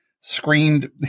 screamed